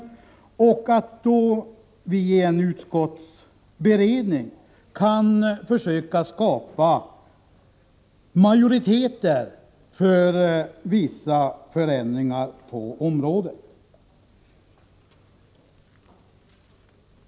Vi kan då i en utskottsberedning försöka skapa majoritet för vissa förändringar på området.